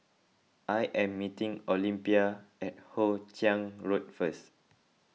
I am meeting Olympia at Hoe Chiang Road first